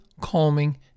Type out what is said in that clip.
calming